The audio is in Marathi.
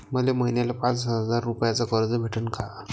मले महिन्याले पाच हजार रुपयानं कर्ज भेटन का?